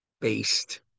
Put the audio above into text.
based